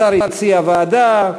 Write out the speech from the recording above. השר הציע ועדה.